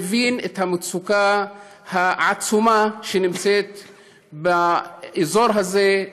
מבין את המצוקה העצומה באזור הזה,